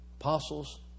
Apostles